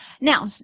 Now